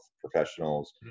professionals